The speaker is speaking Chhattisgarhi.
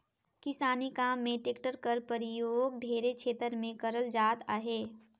किसानी काम मे टेक्टर कर परियोग ढेरे छेतर मे करल जात अहे